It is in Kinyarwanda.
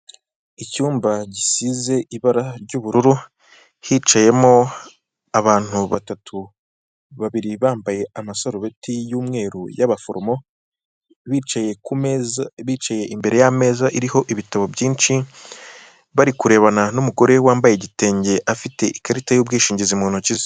Icyumba gisize ibara ry'ubururu hicayemo abantu batatu, babiri bambaye amasarubeti y'umweru y'abaforomo bicaye imbere y'ameza iriho ibitabo byinshi bari kurebana n'umugore wambaye igitenge afite ikarita y'ubwishingizi mu ntoki ze.